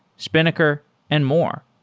spinnaker and more.